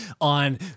on